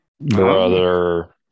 Brother